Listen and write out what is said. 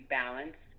balance